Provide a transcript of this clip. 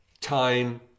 time